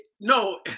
no